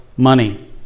Money